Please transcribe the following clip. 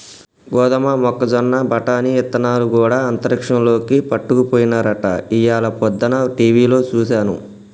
గోదమ మొక్కజొన్న బఠానీ ఇత్తనాలు గూడా అంతరిక్షంలోకి పట్టుకపోయినారట ఇయ్యాల పొద్దన టీవిలో సూసాను